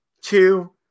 two